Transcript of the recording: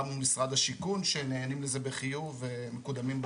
גם משרד השיכון שנענים לזה בחיוב ומקודמים בתור.